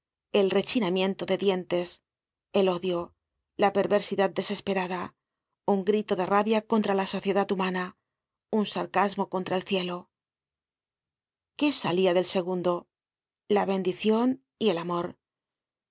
el rechinamiento de dientes el odio la perversidad desesperada un grito de rabia contra la sociedad humana un sarcasmo contra el cielo qué salia del segundo la bendicion y el amor